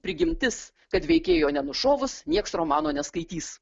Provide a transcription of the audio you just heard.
prigimtis kad veikėjo nenušovus niekas romano neskaitys